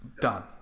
done